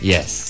Yes